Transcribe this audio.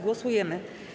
Głosujemy.